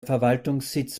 verwaltungssitz